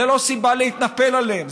זו לא סיבה להתנפל עליהם,